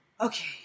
okay